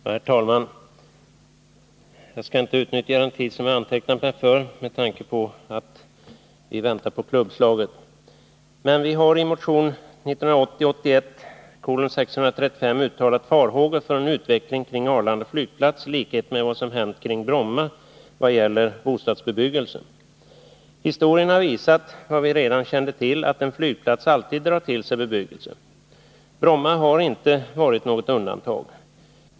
Herr talman! Jag skall inte utnyttja den tid för mitt anförande som jag antecknat mig för. Detta med tanke på att vi väntar på klubbslaget. Vi har i motion 1980/81:635 uttalat farhågor för en utveckling kring Arlanda flygplats i likhet med den kring Bromma vad gäller bostadsbebyggelse. Historien har visat vad vi redan kände till, att en flygplats alltid drar till sig bebyggelse. Bromma har inte varit något undantag.